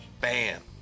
bam